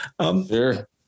Sure